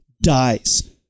dies